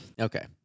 Okay